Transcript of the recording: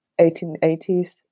1880s